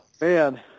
man